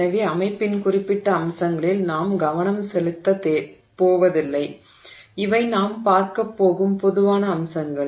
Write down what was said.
எனவே அமைப்பின் குறிப்பிட்ட அம்சங்களில் நான் கவனம் செலுத்தப் போவதில்லை இவை நாம் பார்க்கப் போகும் பொதுவான அம்சங்கள்